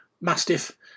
Mastiff